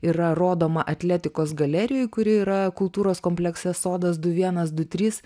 yra rodoma atletikos galerijoj kuri yra kultūros komplekse sodas du vienas du trys